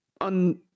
on